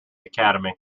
academy